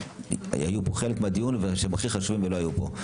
שהם חלק מהדיון והם הכי חשובים, לא היו פה: